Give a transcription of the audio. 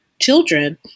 children